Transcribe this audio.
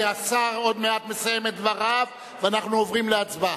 כי השר מסיים עוד מעט דבריו ואנחנו עוברים להצבעה.